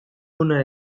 hona